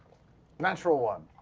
natural one!